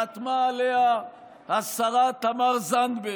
חתמה עליה השרה תמר זנדברג,